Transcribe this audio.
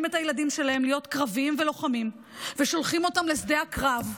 את הילדים שלהם להיות קרביים ולוחמים ושולחים אותם לשדה הקרב,